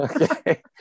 Okay